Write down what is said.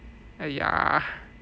!aiya!